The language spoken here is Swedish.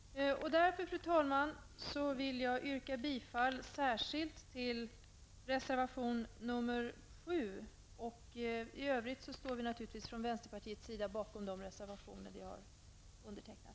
Fru talman! Jag vill därför särskilt yrka bifall till reservation nr 7. I övrigt står vi från vänsterpartiets sida naturligtvis bakom de reservationer som vi har undertecknat.